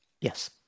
yes